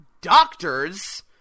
doctors